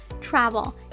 travel